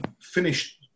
finished